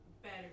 better